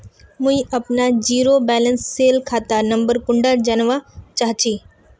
मुई अपना zero balance सेल खाता नंबर कुंडा जानवा चाहची?